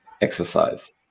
exercise